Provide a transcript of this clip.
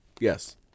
Yes